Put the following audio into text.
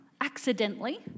accidentally